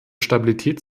stabilität